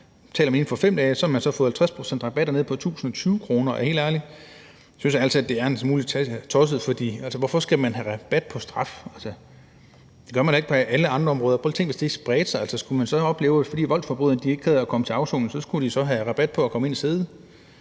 betaler man inden for 5 dage, får man 50 pct. rabat og er nede på 1.020 kr. Jeg synes helt ærligt, at det er en smule tosset. Hvorfor skal man have rabat på straf? Det giver man da ikke på nogen andre områder. Prøv lige at tænke på, hvis det spredte sig. Skulle det så være sådan, at hvis voldsforbrydere ikke gad at komme til afsoning, skulle de have rabat på den tid, de